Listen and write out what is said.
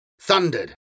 thundered